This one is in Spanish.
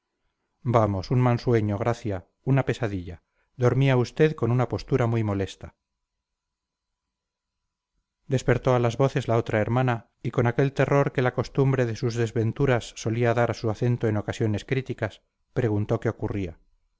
vamos un mal sueño gracia una pesadilla dormía usted con una postura muy molesta despertó a las voces la otra hermana y con aquel terror que la costumbre de sus desventuras solía dar a su acento en ocasiones críticas preguntó qué ocurría